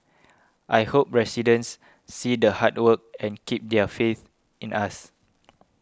I hope residents see the hard work and keep their faith in us